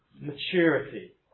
maturity